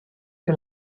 que